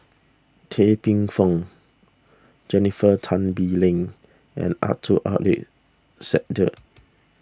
Tan Paey Fern Jennifer Tan Bee Leng and Abdul Aleem Siddique